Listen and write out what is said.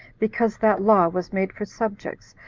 because that law was made for subjects,